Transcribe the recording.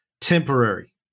temporary